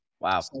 Wow